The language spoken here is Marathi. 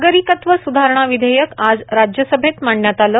नागरिकत्व सुधारणा विधेयक आज राज्यसभेत मांडण्यात आलं